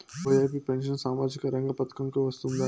OAP pension సామాజిక రంగ పథకం కు వస్తుందా?